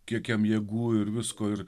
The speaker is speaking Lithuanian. kiek jam jėgų ir visko ir